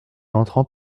entrant